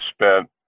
spent